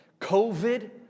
COVID